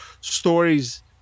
stories